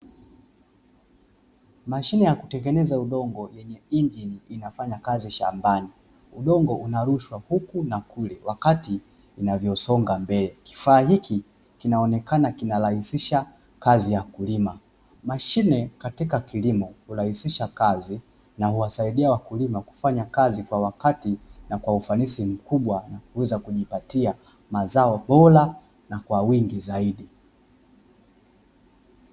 Mashine ya kutengeneza udongo yenye injini inafanya kazi shambani, udongo unarushwa huku na kule wakati inavyosonga mbele, kifaa hiki kinaonekana kinarahisisha kazi ya kulima. Mashine katika kilimo hurahisisha kazi na huwasaidia wakulima kufanya kazi kwa wakati na kwa ufanisi mkubwa kuweza kujipatia mazao bora na kwa wingi zaidi.